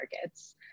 markets